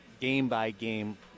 game-by-game